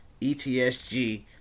ETSG